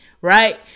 Right